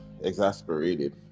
exasperated